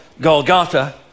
Golgotha